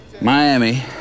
Miami